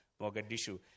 Mogadishu